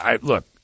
Look